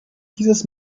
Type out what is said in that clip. dieses